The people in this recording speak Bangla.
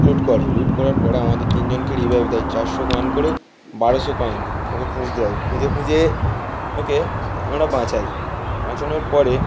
লুট করে লুট করার পরে আমাদের তিনজনকে রেভাইভ দেয় চারশো কয়েন করে বারোশো কয়েন ওকে খুঁজতে হয় খুঁজে খুঁজে ওকে আমরা বাঁচাই বাঁচানোর পরে